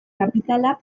kapitala